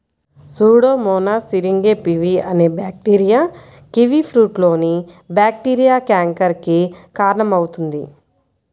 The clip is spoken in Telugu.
సూడోమోనాస్ సిరింగే పివి అనే బ్యాక్టీరియా కివీఫ్రూట్లోని బ్యాక్టీరియా క్యాంకర్ కి కారణమవుతుంది